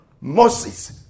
Moses